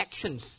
actions